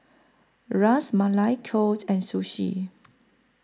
Ras Malai Kheer and Sushi